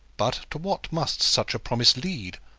but to what must such a promise lead,